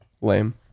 Lame